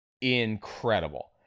incredible